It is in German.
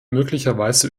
möglicherweise